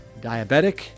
diabetic